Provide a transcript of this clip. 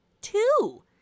two